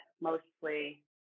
mostly